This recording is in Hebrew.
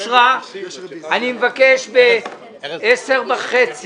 מי בעד ההעברה?